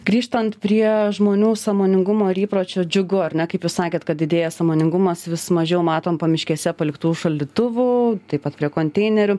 grįžtant prie žmonių sąmoningumo ir įpročio džiugu ar ne kaip jūs sakėt kad didėja sąmoningumas vis mažiau matom pamiškėse paliktų šaldytuvų taip pat prie konteinerių